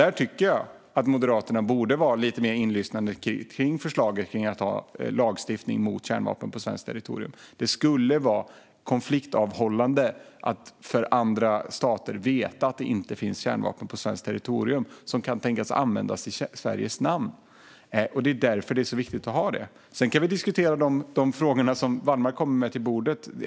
Jag tycker att Moderaterna borde vara lite mer inlyssnande när det gäller förslaget att ha lagstiftning mot kärnvapen på svenskt territorium. Det skulle vara konfliktavhållande för andra stater att veta att det inte finns kärnvapen på svenskt territorium som kan tänkas användas i Sveriges namn. Det är därför det är så viktigt att ha det. Sedan kan vi diskutera de frågor som Wallmark kommer till bordet med.